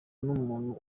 n’umuntu